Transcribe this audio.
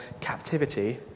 captivity